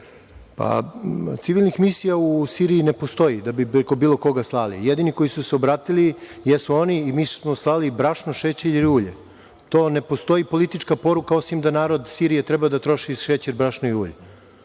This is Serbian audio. Civilnih misija u Siriji ne postoji da bi preko koga slali. Jedini koji su se obratili jesu oni i mi smo slali brašno, šećer i ulje. To ne postoji politička poruka, osim da narod Sirije treba da troši šećer, brašno i ulje.